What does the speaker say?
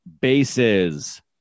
bases